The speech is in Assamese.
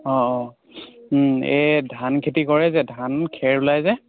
অঁ এই ধানখেতি কৰে যে ধান খেৰ ওলাই যে